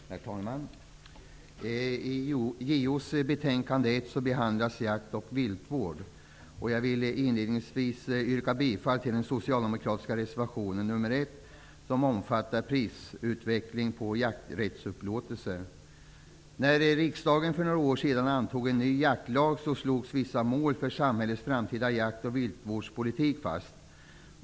Herr talman! I detta betänkande från jordbruksutskottet behandlas jakt och viltvård. Jag vill inledningsvis yrka bifall till den socialdemokratiska reservationen, som gäller prisutvecklingen på jakträttsupplåtelser. När riksdagen för några år sedan antog en ny jaktlag, slogs vissa mål för samhällets framtida jaktoch viltvårdspolitik fast.